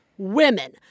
women